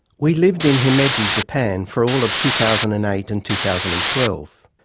we lived in himeji, japan, for all of two thousand and eight and two thousand and twelve.